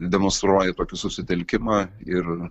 demonstruoja tokį susitelkimą ir